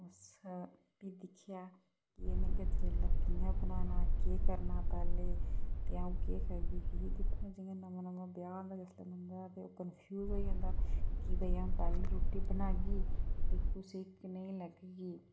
ओस फ्ही दिक्खेआ कि में गजरेला कियां बनाना केह् करना पैह्ले ते अ'ऊं केह् करगी कि दिक्खो जियां नमां नमां ब्याह् होंदा जिसलै बंदे दा ते ओह् कनफ्यूज होई जंदा कि भाई अ'ऊं पैह्ली रुट्टी बनाह्गी ते कुसै गी कनेही लगगी